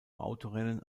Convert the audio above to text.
autorennen